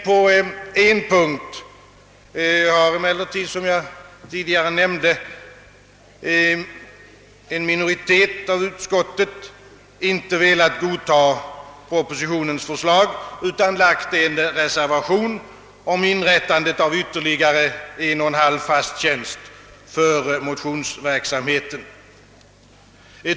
På en punkt har emellertid — som jag tidigare nämnde — en minoritet i utskottet inte velat godta propositionens förslag, utan fogat en reservation vid utlåtandet om inrättande av ytterligare 1!/2 fast tjänst för motionsverksamheten.